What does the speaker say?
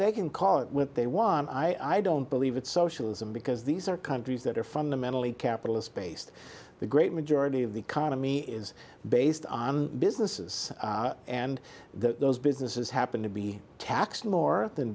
they can call it when they want i don't believe in socialism because these are countries that are fundamentally capitalist based the great majority of the economy is based on businesses and those businesses happen to be taxed more than